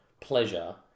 pleasure